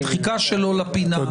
דחיקה שלו לפינה,